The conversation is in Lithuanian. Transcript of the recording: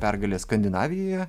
pergalė skandinavijoje